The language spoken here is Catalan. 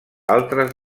altres